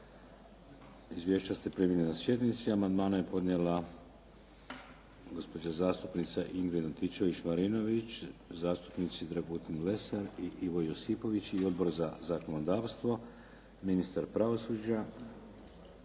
Izvješća ste primili na sjednici. Amandmane je podnijela gospođa zastupnica Ingrid Antičević Marinović, zastupnici Dragutin Lesar i Ivo Josipović i Odbor za zakonodavstvo. Tatjana